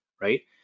right